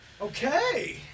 Okay